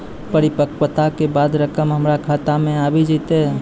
परिपक्वता के बाद रकम हमरा खाता मे आबी जेतै?